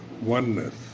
oneness